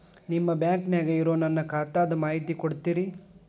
ನಿಮ್ಮ ಬ್ಯಾಂಕನ್ಯಾಗ ಇರೊ ನನ್ನ ಖಾತಾದ ಮಾಹಿತಿ ಕೊಡ್ತೇರಿ?